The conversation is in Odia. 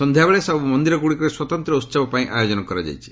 ସନ୍ଧ୍ୟାବେଳେ ସବୁ ମନ୍ଦିରଗୁଡ଼ିକରେ ସ୍ୱତନ୍ତ ଉହବ ପାଇଁ ଆୟୋଜନ କରାଯାଇଛି